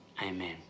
Amen